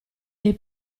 dei